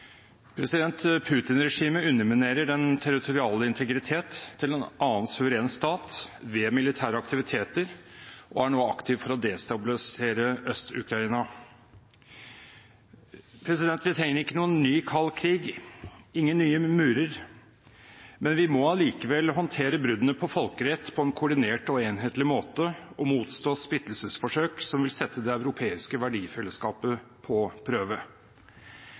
underminerer den territoriale integritet til en annen suveren stat ved militære aktiviteter og er nå aktivt for å destabilisere Øst-Ukraina. Vi trenger ikke noen ny kald krig, ingen nye murer. Vi må allikevel håndtere bruddene på folkeretten på en koordinert og enhetlig måte og motstå splittelsesforsøk som vil sette det europeiske verdifellesskapet på prøve.